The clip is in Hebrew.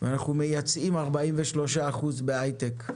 ואנחנו מייצאים 43% בהייטק.